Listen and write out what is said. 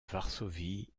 varsovie